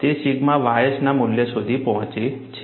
તે sigma ys ના મૂલ્ય સુધી પહોંચે છે